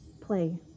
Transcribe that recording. Play